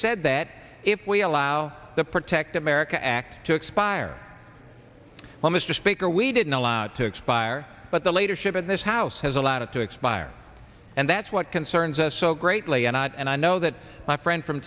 said that if we allow the protect america act to expire well mr speaker we didn't allow to expire but the later ship in this house has allowed to expire and that's what concerns us so greatly and not and i know that my friend from